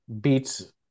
beats